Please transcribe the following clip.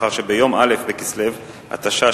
לאחר שביום א' בכסלו התשע"א,